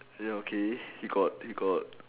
ya okay he got he got